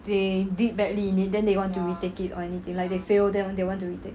they did badly in it then they want to retake it or anything like they fail then they want to retake